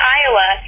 iowa